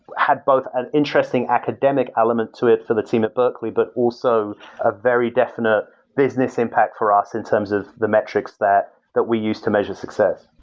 had both and interesting academic element to it for the team at berkley, but also a very definite business impact for us in terms of the metrics that that we use to measure to success.